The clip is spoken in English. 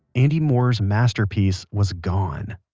andy moorer's masterpiece was gone.